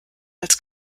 als